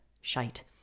shite